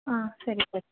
ஆ சரி சார்